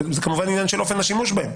זה כמובן עניין של אופן השימוש בהם.